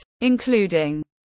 including